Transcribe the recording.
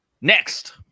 Next